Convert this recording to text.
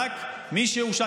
רק מי שהורשע,